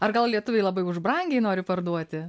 ar gal lietuviai labai už brangiai nori parduoti